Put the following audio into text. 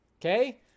Okay